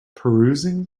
perusing